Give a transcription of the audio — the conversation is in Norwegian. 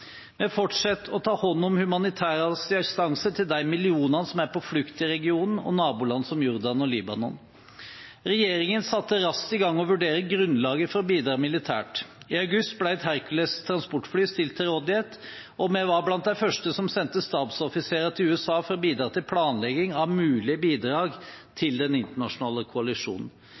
å ta hånd om humanitær assistanse til de millionene som er på flukt i regionen og i naboland som Jordan og Libanon. Regjeringen satte raskt i gang med å vurdere grunnlaget for å bidra militært. I august ble et Hercules transportfly stilt til rådighet, og vi var blant de første som sendte stabsoffiserer til USA for å bidra til planlegging av mulige bidrag til den internasjonale koalisjonen.